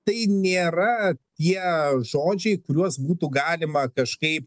tai nėra tie žodžiai kuriuos būtų galima kažkaip